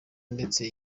ndetse